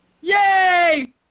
Yay